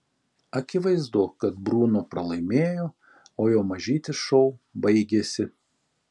akivaizdu kad bruno pralaimėjo o jo mažytis šou baigėsi